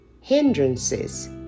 Hindrances